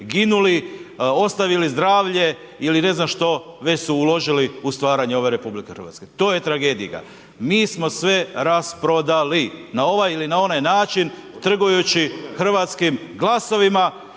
ginuli, ostavili zdravlje ili ne znam što već su uložili u stvaranje ove RH. To je tragedija. Mi smo sve rasprodali, na ovaj ili na onaj način trgujući hrvatskim glasovima